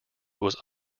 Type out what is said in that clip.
was